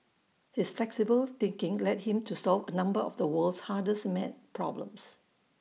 his flexible thinking led him to solve A number of the world's hardest math problems